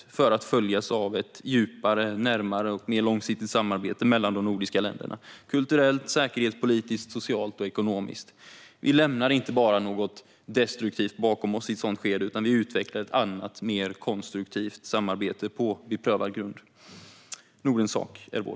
Vi vill att det ska följas av ett djupare, närmare och mer långsiktigt samarbete mellan de nordiska länderna - kulturellt, säkerhetspolitiskt, socialt och ekonomiskt. Vi lämnar inte bara något destruktivt bakom oss i ett sådant skede, utan vi utvecklar ett annat, mer konstruktivt samarbete på beprövad grund. Nordens sak är vår!